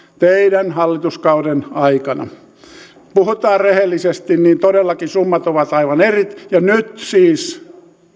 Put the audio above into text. teidän hallituskautenne aikana kun puhutaan rehellisesti niin todellakin summat ovat aivan erilaiset ja nyt siis